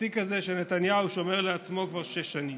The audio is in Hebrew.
התיק הזה שנתניהו שומר לעצמו כבר שש שנים,